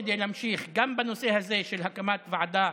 כדי להמשיך גם בנושא הזה של הקמת ועדה,